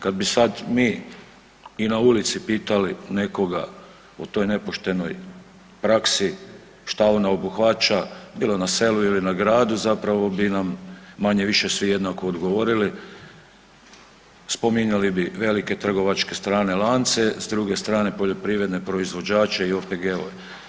Kad bi sad mi i na ulici pitali nekoga o toj nepoštenoj praksi šta ona obuhvaća bilo na selu ili na gradu zapravo bi nam manje-više svi jednako odgovorili, spominjali bi velike trgovačke strane lance, s druge strane poljoprivredne proizvođače i OPG-ove.